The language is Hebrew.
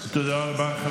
תודה רבה.